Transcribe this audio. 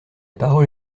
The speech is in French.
parole